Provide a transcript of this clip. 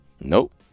Nope